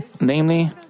Namely